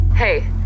Hey